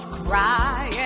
cry